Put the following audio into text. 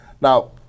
now